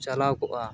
ᱪᱟᱞᱟᱣ ᱠᱚᱜᱼᱟ